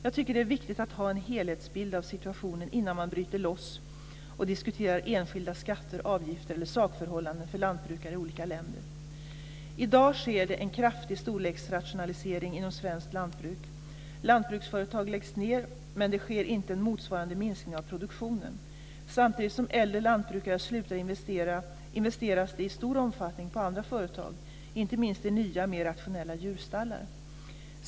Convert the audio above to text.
Jag tycker att det är viktigt att ha en helhetsbild av situationen innan man bryter loss och diskuterar enskilda skatter, avgifter eller sakförhållanden för lantbrukare i olika länder. I dag sker det en kraftig storleksrationalisering inom svenskt lantbruk. Lantbruksföretag läggs ned, men det sker inte en motsvarande minskning av produktionen. Samtidigt som äldre lantbrukare slutar investeras det i stor omfattning på andra företag, inte minst i nya, mer rationella djurstallar.